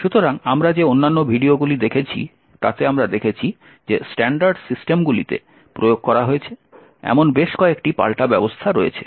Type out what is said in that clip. সুতরাং আমরা যে অন্যান্য ভিডিওগুলি দেখেছি তাতে আমরা দেখেছি যে স্ট্যান্ডার্ড সিস্টেমগুলিতে প্রয়োগ করা হয়েছে এমন বেশ কয়েকটি পাল্টা ব্যবস্থা রয়েছে